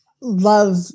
love